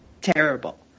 terrible